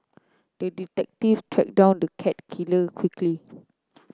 the detective tracked down the cat killer quickly